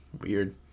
Weird